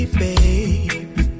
baby